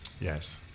Yes